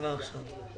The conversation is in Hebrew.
וחשוב שתבינו,